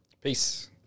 Peace